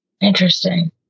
Interesting